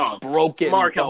broken